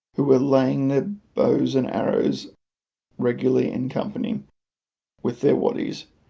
who were laying their bows and arrows regularly in company with their waddies,